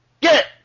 get